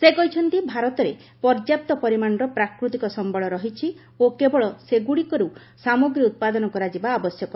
ସେ କହିଛନ୍ତି ଭାରତରେ ପର୍ଯ୍ୟାପ୍ତ ପରିମାଣର ପ୍ରାକୃତିକ ସମ୍ବଳ ରହିଛି ଓ କେବଳ ସେଗୁଡ଼ିକରୁ ସାମଗ୍ରୀ ଉତ୍ପାଦନ କରାଯିବା ଆବଶ୍ୟକ